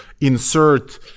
insert